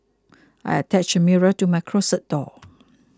I attached a mirror to my closet door